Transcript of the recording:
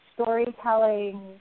storytelling